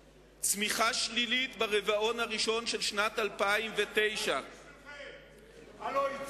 צמיחה שלילית ברבעון הראשון של שנת 2009. אבל זה היה חדש בשבילכם?